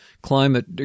climate